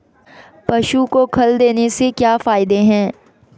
पशु को खल देने से क्या फायदे हैं?